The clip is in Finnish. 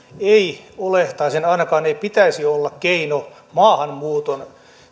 ei ole tai sen ainakaan ei pitäisi olla keino maahanmuuton